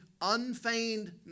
unfeigned